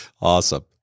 Awesome